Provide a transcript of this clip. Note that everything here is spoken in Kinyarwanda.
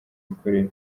mikorere